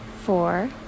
four